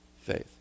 faith